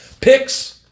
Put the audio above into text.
picks